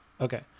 Okay